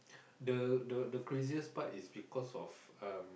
the the the craziest part is because of um